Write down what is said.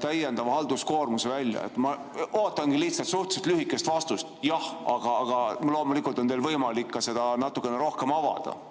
täiendava halduskoormuse välja. Ma ootangi lihtsalt suhteliselt lühikest vastust: jah. Aga loomulikult on teil võimalik seda ka natukene rohkem avada.